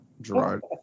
Gerard